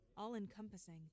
all-encompassing